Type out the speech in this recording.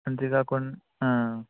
అంతే కాకుండా